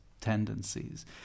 tendencies